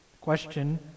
question